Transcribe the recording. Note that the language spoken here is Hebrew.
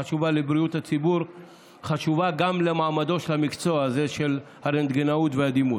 חשובה לבריאות הציבור וחשובה גם למעמדו של מקצוע הרנטגנאות והדימות.